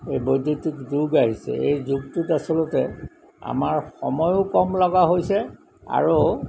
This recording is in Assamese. এই বৈদ্যুতিক যুগ আহিছে এই যুগটোত আচলতে আমাৰ সময়ো কম লগা হৈছে আৰু